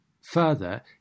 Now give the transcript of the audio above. further